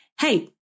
hey